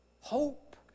Hope